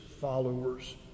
followers